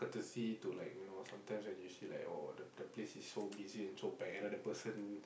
courtesy to like you know sometimes when you see like oh the the place is so busy and so packed and then another person